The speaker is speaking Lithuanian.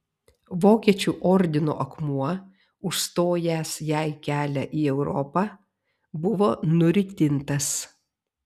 vokiečių ordino akmuo užstojęs jai kelią į europą buvo nuritintas